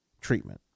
treatment